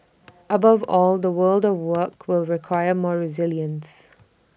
above all the world of work will require more resilience